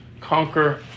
conquer